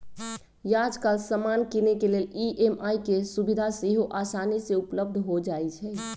याजकाल समान किनेके लेल ई.एम.आई के सुभिधा सेहो असानी से उपलब्ध हो जाइ छइ